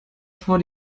vor